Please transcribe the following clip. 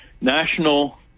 national